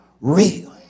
real